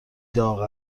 داغ